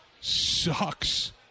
sucks